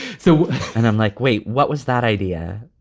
so and i'm like, wait, what was that idea?